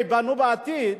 שייבנו בעתיד,